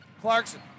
Clarkson